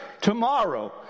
tomorrow